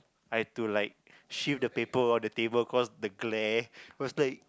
I had to like shift the table on the paper cause the glare was the